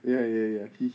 ya ya ya he